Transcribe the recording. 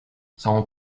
son